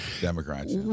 Democrats